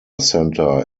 center